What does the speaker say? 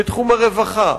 בתחום הרווחה,